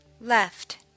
Left